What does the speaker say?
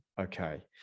Okay